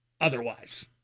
otherwise